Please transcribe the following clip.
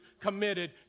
committed